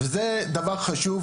זה דבר חשוב,